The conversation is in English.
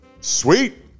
sweet